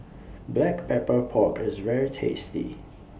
Black Pepper Pork IS very tasty